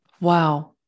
Wow